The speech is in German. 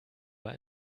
war